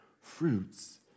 fruits